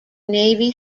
navy